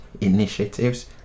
initiatives